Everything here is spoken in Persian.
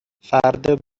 فرد